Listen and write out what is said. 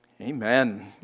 Amen